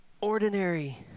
ordinary